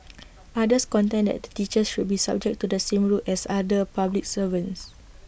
others contend that teachers should be subject to the same rules as other public servants